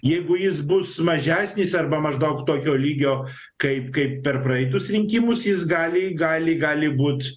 jeigu jis bus mažesnis arba maždaug tokio lygio kaip kaip per praeitus rinkimus jis gali gali gali būt